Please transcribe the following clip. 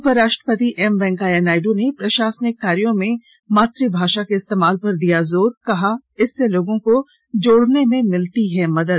उपराष्ट्रपति एम वेंकैया नायड़ ने प्रशासनिक कार्यों में में मात भाषा के इस्तेमाल पर दिया जोर कहा इससे लोगों को जोडने में मिलती हैं मदद